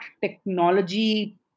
technology